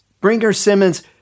Brinker-Simmons